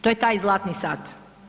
To je taj zlatni sat.